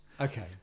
Okay